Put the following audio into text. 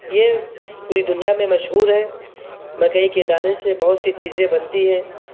یہ پوری دنیا میں مشہور ہے مکئی کے دانے سے بہت سی چیزیں بنتی ہیں